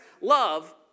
love